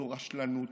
זו רשלנות,